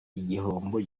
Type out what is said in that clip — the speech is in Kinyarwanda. igihombo